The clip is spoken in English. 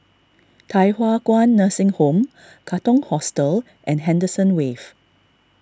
Thye Hua Kwan Nursing Home Katong Hostel and Henderson Wave